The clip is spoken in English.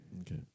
Okay